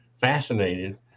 fascinated